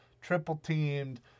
triple-teamed